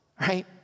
Right